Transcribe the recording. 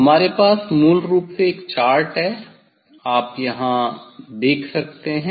हमारे पास मूल रूप से एक चार्ट है आप यहां देख सकते हैं